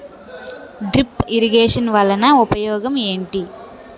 drip irrigation వలన ఉపయోగం ఏంటి